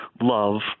love